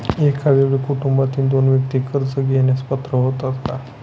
एका वेळी कुटुंबातील दोन व्यक्ती कर्ज घेण्यास पात्र होतात का?